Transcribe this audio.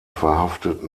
verhaftet